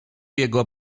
jego